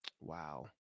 Wow